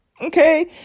Okay